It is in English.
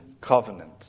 covenant